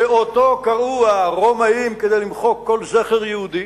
שאותו קראו הרומאים, כדי למחוק כל זכר יהודי,